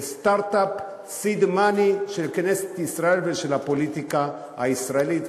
זה סטרט-אפ see the money של כנסת ישראל ושל הפוליטיקה הישראלית,